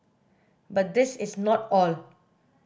but this is not all